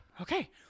Okay